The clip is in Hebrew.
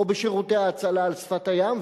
או בשירותי ההצלה על שפת הים,